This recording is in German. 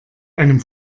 einem